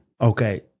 Okay